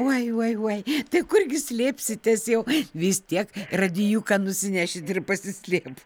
oi oi oi tai kurgi slėpsitės jau vis tiek radijuką nusinešit ir pasislėpus